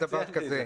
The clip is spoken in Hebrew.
כזה,